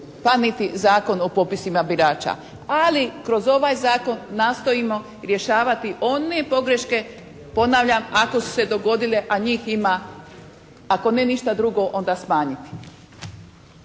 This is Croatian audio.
pa niti Zakon o popisima birača. Ali kroz ovaj Zakon nastojimo rješavati one pogreške, ponavljam, ako su se dogodile, a njih ima ako ne ništa drugo onda smanjiti.